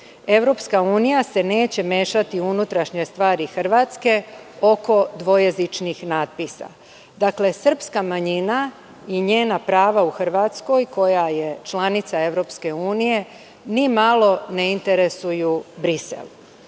poručuje, EU se neće mešati u unutrašnje stvari Hrvatske oko dvojezičkih natpisa. Dakle, srpska manjina i njena prava u Hrvatskoj, koja je članica EU, nimalo ne interesuju Brisel. Da